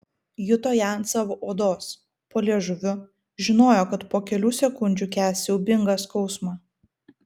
juto ją ant savo odos po liežuviu žinojo kad po kelių sekundžių kęs siaubingą skausmą